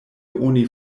oni